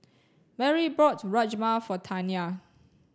Marry bought Rajma for Taina